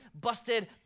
busted